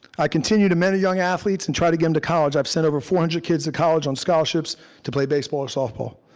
i continue to mentor young athletes and try to get em to college, i've sent over four hundred kids to college on scholarships to play baseball or softball.